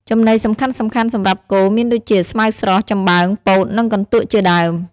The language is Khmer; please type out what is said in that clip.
ចំណីសំខាន់ៗសម្រាប់គោមានដូចជា ស្មៅស្រស់ ចំបើង ពោត និងកន្ទក់ជាដើម។